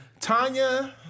Tanya